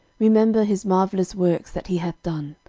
remember his marvellous works that he hath done,